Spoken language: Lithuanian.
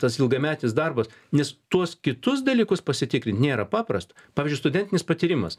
tas ilgametis darbas nes tuos kitus dalykus pasitikrin nėra paprasta pavyzdžiui studentinis patyrimas